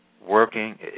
working